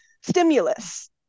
stimulus